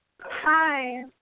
Hi